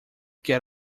get